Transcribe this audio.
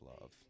love